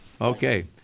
Okay